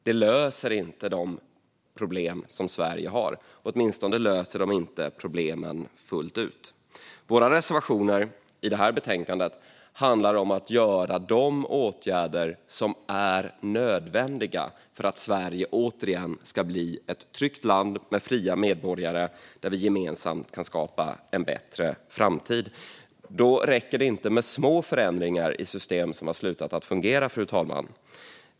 Det löser inte de problem Sverige har; åtminstone löser det inte problemen fullt ut. Våra reservationer i det här betänkandet handlar om att man ska göra de åtgärder som är nödvändiga för att Sverige återigen ska bli ett tryggt land med fria medborgare där vi gemensamt kan skapa en bättre framtid. Då räcker det inte med små förändringar i system som har slutat fungera, fru talman.